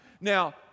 Now